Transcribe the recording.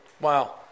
Wow